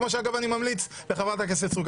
כמו שאגב אני ממליץ לחברת הכנסת סטרוק.